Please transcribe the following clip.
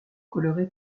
coloré